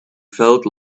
felt